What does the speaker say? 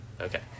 Okay